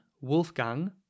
Wolfgang